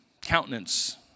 countenance